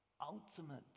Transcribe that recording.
ultimate